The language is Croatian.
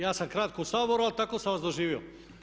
Ja sam kratko u Saboru, ali tako sam vas doživio.